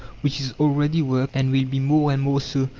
which is already worked, and will be more and more so,